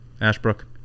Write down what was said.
Ashbrook